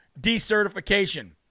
decertification